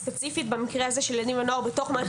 אבל ספציפית במקרה הזה של ילדים ונוער בתוך מערכת